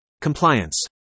Compliance